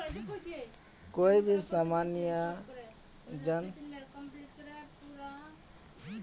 कोई भी सामान्य जन इलेक्ट्रॉनिक बिल भुगतानकेर आनलाइन करवा सके छै